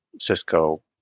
Cisco